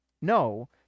No